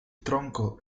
tronco